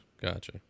gotcha